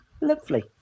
Lovely